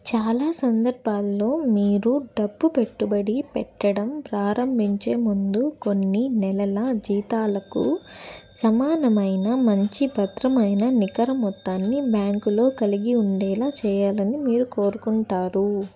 చాలా సందర్భాలలో మీరు డబ్బు పెట్టుబడి పెట్టడం ప్రారంభించే ముందు కొన్ని నెలల జీతాలకు సమానమైన మంచి భద్రమైన నికర మొత్తాన్ని బ్యాంకులో కలిగి ఉండేలాగ చేయాలని మీరు కోరుకుంటారు